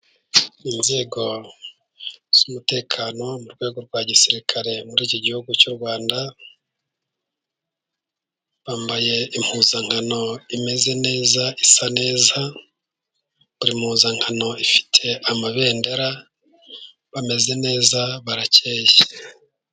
Inzego z'umutekano, mu rwego rwa gisirikare muri iki gihugu cy'u Rwanda, bambaye impuzankano imeze neza, isa neza, buri mpuzankano ifite amabendera, bameze neza barakeyeye.